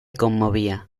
conmovía